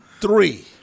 three